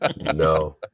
No